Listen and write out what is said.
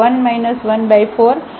તેથી y21 14